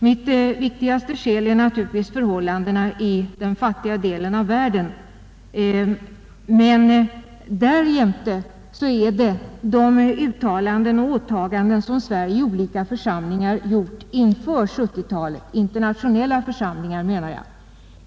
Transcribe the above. Mitt viktigaste skäl är naturligtvis förhållandena i den fattiga delen av världen men därjämte de uttalanden och åtaganden som Sverige i olika internationella församlingar gjort inför 1970-talet.